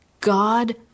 God